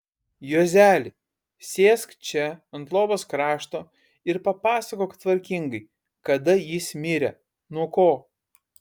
juozeli sėsk čia ant lovos krašto ir papasakok tvarkingai kada jis mirė nuo ko